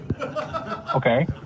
Okay